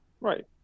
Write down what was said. Right